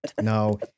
no